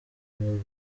muri